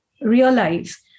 realize